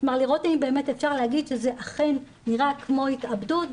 כלומר לראות האם באמת אפשר להגיד שזה אכן נראה כמו התאבדות,